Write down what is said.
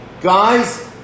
guys